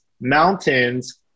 Mountains